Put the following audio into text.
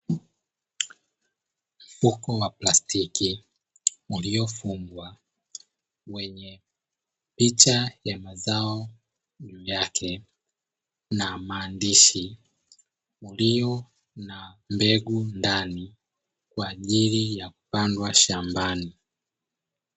Mfuko wa plastiki uliofungwa, wenye picha ya mazao juu yake na maandishi, ulio na mbegu ndani kwaajili ya kupandwa shambani.